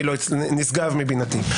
נשגב מבינתי.